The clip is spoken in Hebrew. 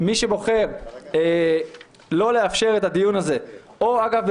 מי שבוחר לא לאפשר את הדיון הזה או --- אגב,